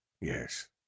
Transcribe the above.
Yes